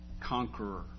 conqueror